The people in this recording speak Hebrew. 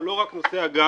הוא לא רק נושא הגז.